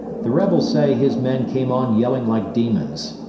the rebels say his men came on yelling like demons.